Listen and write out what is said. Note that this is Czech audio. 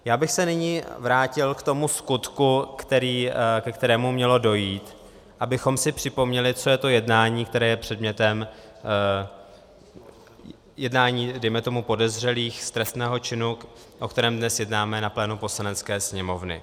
Nyní bych se vrátil k tomu skutku, ke kterému mělo dojít, abychom si připomněli, co je to jednání, které je předmětem, jednání, dejme tomu, podezřelých z trestného činu, o kterém dnes jednáme na plénu Poslanecké sněmovny.